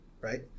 right